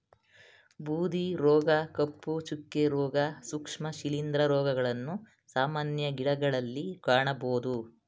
ಬೂದಿ ರೋಗ, ಕಪ್ಪು ಚುಕ್ಕೆ, ರೋಗ, ಸೂಕ್ಷ್ಮ ಶಿಲಿಂದ್ರ ರೋಗಗಳನ್ನು ಸಾಮಾನ್ಯ ಗಿಡಗಳಲ್ಲಿ ಕಾಣಬೋದು